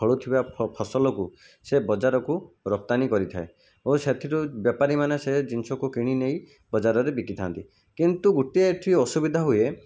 ଫଳୁଥିବା ଫଫସଲକୁ ସେ ବଜାରକୁ ରପ୍ତାନି କରିଥାଏ ଓ ସେଥିରୁ ବେପାରୀମାନେ ସେ ଜିନିଷକୁ କିଣିନେଇ ବଜାରରେ ବିକିଥାନ୍ତି କିନ୍ତୁ ଗୋଟିଏ ଏଠି ଅସୁବିଧା ହୁଏ